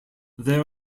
there